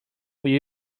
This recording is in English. will